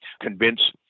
convince